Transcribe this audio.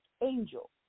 angel